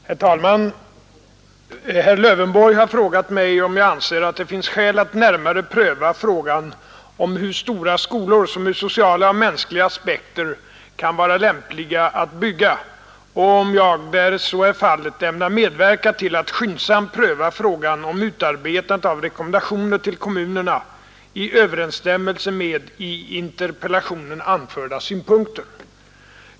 Herr talman! Herr Lövenborg har frågat mig om jag anser att det finns skäl att närmare pröva frågan om hur stora skolor som ur sociala och mänskliga aspekter kan vara lämpliga att bygga och om jag, därest så är fallet, ämnar medverka till att skyndsamt pröva frågan om utarbetande av rekommendationer till kommunerna i överensstämmelse med i interpellationen anförda synpunkter.